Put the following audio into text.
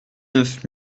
neuf